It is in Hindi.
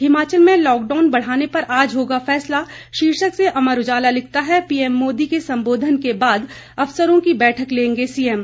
हिमाचल में लॉकडाउन बढ़ाने पर आज होगा फैसला शीर्षक से अमर उजाला लिखता है पीएम मोदी के संबोधन के बाद अफसरों की बैठक लेंगे सीएम